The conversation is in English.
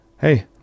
Hey